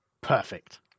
Perfect